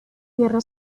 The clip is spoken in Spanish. guerra